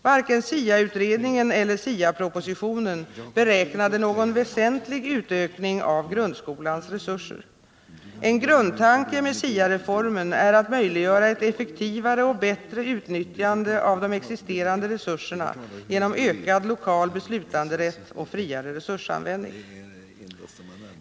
Varken SIA-utredningen eller SIA-proposi tionen beräknade någon väsentlig utökning av grundskolans resurser. En grundtanke med SIA-reformen är att möjliggöra eu effektivare och bättre utnyttjande av de existerande resurserna genom ökad lokal beslutanderätt och friare resursanvändning.